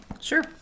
Sure